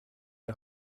are